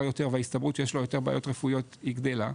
יותר וההסתברות שיש לו יותר בעיות רפואיות היא גדלה,